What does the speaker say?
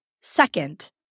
second